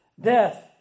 death